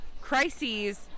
crises